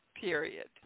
Period